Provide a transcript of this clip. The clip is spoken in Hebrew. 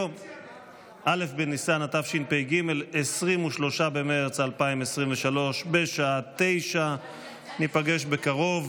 התשפ"ב 2022, נתקבלה.